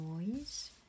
noise